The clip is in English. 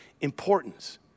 importance